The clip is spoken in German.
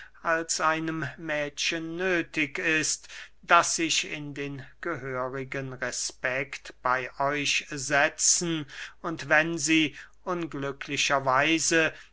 als einem mädchen nöthig ist das sich in den gehörigen respeckt bey euch setzen und wenn sie